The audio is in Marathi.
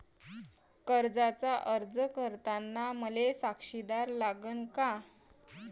कर्जाचा अर्ज करताना मले साक्षीदार लागन का?